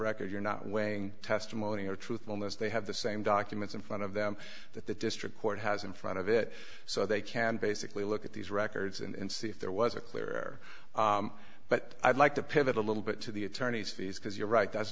record you're not weighing testimony or truthfulness they have the same documents in front of them that the district court has in front of it so they can basically look at these records and see if there was a clear but i'd like to pivot a little bit to the attorney's fees because you're right that's